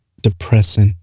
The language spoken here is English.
depressing